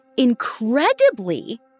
Incredibly